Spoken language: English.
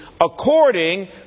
according